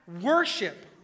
worship